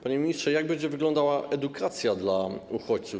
Panie ministrze, jak będzie wyglądała edukacja dla uchodźców?